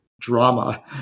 drama